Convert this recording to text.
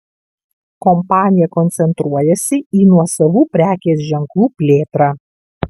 kompanija koncentruojasi į nuosavų prekės ženklų plėtrą